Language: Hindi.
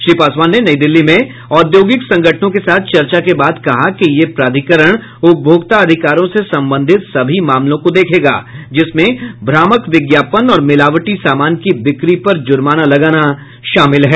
श्री पासवान ने नई दिल्ली में औद्योगिक संगठनों के साथ चर्चा के बाद कहा कि यह प्राधिकरण उपभोक्ता अधिकारों से संबंधित सभी मामलों को देखेगा जिसमें भ्रामक विज्ञापन और मिलावटी सामान की बिक्री पर जुर्माना लगाना शामिल है